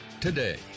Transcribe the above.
today